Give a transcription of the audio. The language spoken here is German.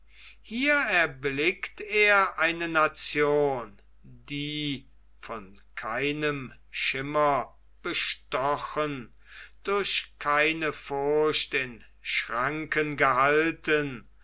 hier erblickt er eine nation die von keinem schimmer bestochen durch keine furcht in schranken gehalten